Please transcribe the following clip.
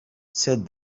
said